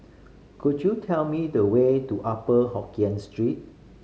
could you tell me the way to Upper Hokkien Street